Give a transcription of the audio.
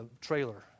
trailer